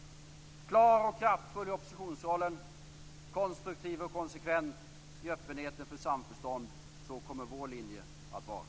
Klar och kraftfull i oppositionsrollen. Konstruktiv och konsekvent i öppenheten för samförstånd. Så kommer vår linje att vara.